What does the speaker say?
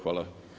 Hvala.